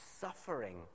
suffering